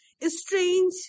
strange